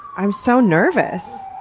i'm so nervous!